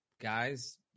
guys